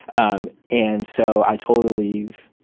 um and so i told her to leave.